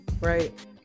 Right